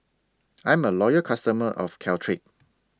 I'm A Loyal customer of Caltrate